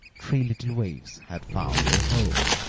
three little waifs had found a home.